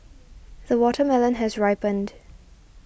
the watermelon has ripened